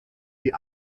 die